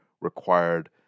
required